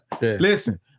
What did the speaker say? Listen